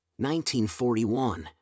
1941